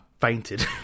fainted